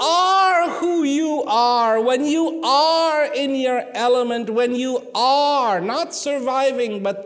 when you are when you all are in your element when you are not surviving but